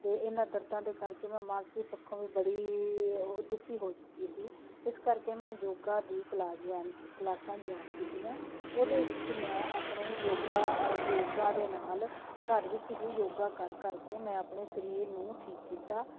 ਅਤੇ ਇਹਨਾਂ ਦਰਦਾਂ ਦੇ ਕਰਕੇ ਮੈਂ ਮਾਨਸਿਕ ਪੱਖੋਂ ਵੀ ਬੜੀ ਦੁਖੀ ਹੋ ਚੁੱਕੀ ਸੀ ਇਸ ਕਰਕੇ ਮੈਂ ਯੋਗਾ ਦੀ ਕਲਾਸ ਜੁਆਇਨ ਕਲਾਸਾਂ ਜੁਆਇਨ ਕੀਤੀਆਂ ਉਹਦੇ ਵਿੱਚ ਮੈਂ ਆਪਣੇ ਯੋਗਾ ਯੋਗਾ ਦੇ ਨਾਲ ਘਰ ਵਿੱਚ ਹੀ ਯੋਗਾ ਕਰ ਕਰਕੇ ਮੈਂ ਆਪਣੀ ਸਰੀਰ ਨੂੰ ਠੀਕ ਕੀਤਾ